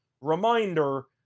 Reminder